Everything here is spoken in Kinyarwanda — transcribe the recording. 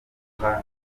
guha